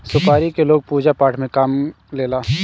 सुपारी के लोग पूजा पाठ में काम लेला